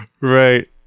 Right